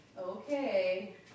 Okay